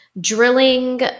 drilling